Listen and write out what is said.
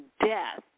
death